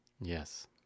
Yes